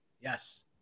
Yes